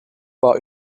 war